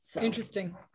interesting